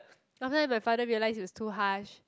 after that my father realised he was too harsh